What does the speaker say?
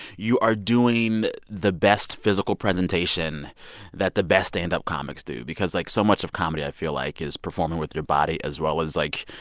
you are doing the best physical presentation that the best stand-up comics do because, like, so much of comedy, i feel like, is performing with your body as well as, like,